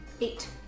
Eight